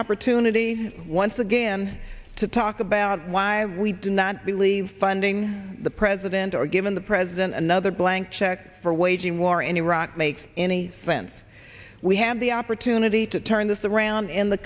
opportunity once again to talk about why we do not believe funding the president or given the president another blank check for waging war in iraq makes any sense we have the opportunity to turn this around in the